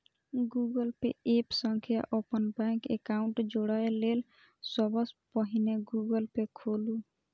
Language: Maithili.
गूगल पे एप सं अपन बैंक एकाउंट जोड़य लेल सबसं पहिने गूगल पे खोलू